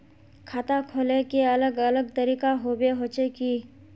खाता खोले के अलग अलग तरीका होबे होचे की?